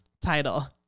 title